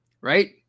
right